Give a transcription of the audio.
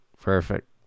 Perfect